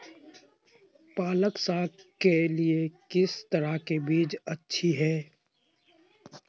पालक साग के लिए किस तरह के बीज अच्छी है?